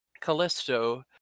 Callisto